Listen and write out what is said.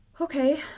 okay